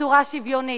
בצורה שוויונית.